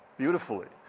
beautifully.